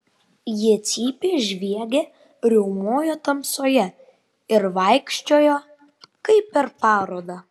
jie cypė žviegė riaumojo tamsoje ir vaikščiojo kaip per parodą